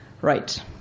right